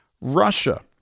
Russia